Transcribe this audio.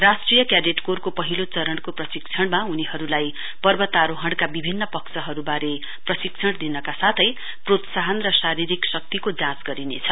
राष्ट्रिय क्याडेट कोरको पहिलो चरणको प्रशिक्षणमा उनीहरुलाई पर्वतारोहणका विभिन्न पक्षहरुवारे प्रशिक्षण दिनका साथै प्रोत्साहन र शारीरिक शक्तिको जाँच गरिनेछ